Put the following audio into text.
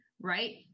right